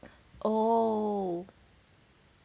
oh